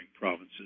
provinces